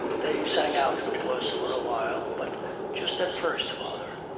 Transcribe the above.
they sang out to us for a while but just at first, father,